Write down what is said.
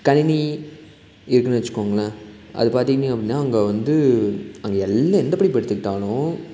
கணினி இருக்குதுன்னு வச்சிக்கோங்களேன் அது பார்த்தீங்க அப்படின்னா அங்கே வந்து அங்க எல்லாம் எந்தப் படிப்பை எடுத்துக்கிட்டாலும்